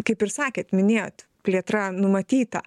kaip ir sakėt minėjot plėtra numatyta